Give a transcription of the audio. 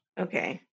Okay